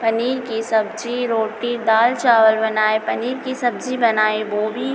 पनीर की सब्ज़ी रोटी दाल चावल बनाए पनीर की सब्ज़ी बनाई वह भी